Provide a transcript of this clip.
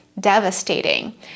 Devastating